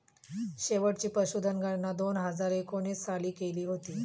शेवटची पशुधन गणना दोन हजार एकोणीस साली केली होती